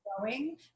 growing